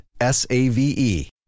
S-A-V-E